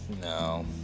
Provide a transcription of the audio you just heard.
no